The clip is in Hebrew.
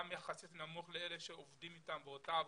גם יחסית לאלה שעובדים אתם באותה עבודה,